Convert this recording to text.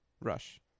Rush